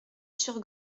sur